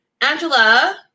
Angela